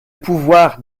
pouvoir